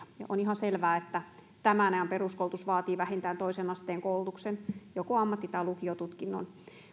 on ihan selvää että tämän ajan peruskoulutus vaatii vähintään toisen asteen koulutuksen joko ammatti tai lukiotutkinnon